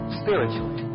spiritually